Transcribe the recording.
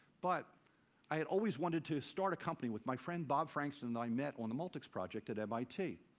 but i had always wanted to start a company with my friend bob frankston that i met on the multics project at mit.